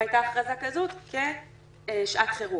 אם הייתה הכרזה כזאת כשעת חירום.